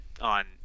on